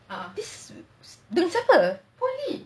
this dengan siapa